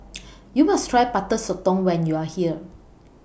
YOU must Try Butter Sotong when YOU Are here